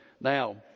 now